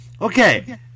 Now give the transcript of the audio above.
Okay